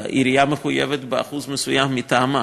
והעירייה מחויבת באחוז מסוים מטעמה,